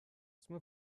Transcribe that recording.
some